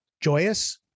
joyous